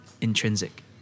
intrinsic